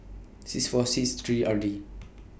six four six three R D